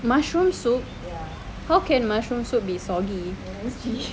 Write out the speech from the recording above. mushroom soup how can mushroom soup be salty